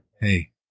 Hey